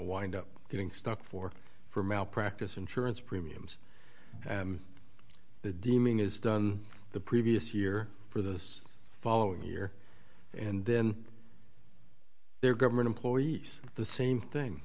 wind up getting stuck for for malpractise insurance premiums and the dimming is done the previous year for this following year and then they're government employees the same thing